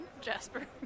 Jasper